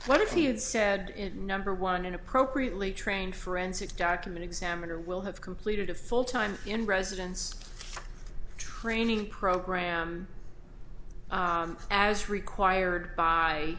what if he had said number one and appropriately trained forensic document examiner will have completed a full time in residence training program as required